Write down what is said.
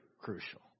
crucial